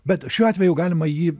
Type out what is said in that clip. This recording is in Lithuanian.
bet šiuo atveju galima jį